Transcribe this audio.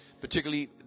particularly